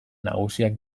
nagusiak